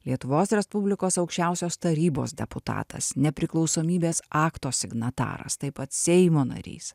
lietuvos respublikos aukščiausios tarybos deputatas nepriklausomybės akto signataras taip pat seimo narys